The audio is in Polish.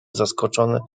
zaskoczone